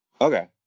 Okay